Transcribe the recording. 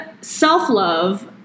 self-love